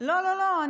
לא לא לא.